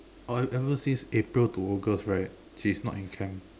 ever since April to August right she's not in camp